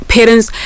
Parents